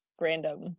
random